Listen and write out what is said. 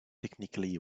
technically